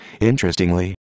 Interestingly